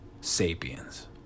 sapiens